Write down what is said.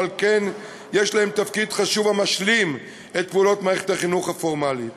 ועל כן יש להן תפקיד חשוב המשלים את פעולות מערכת החינוך הפורמלי.